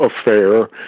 affair